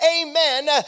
amen